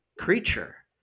creature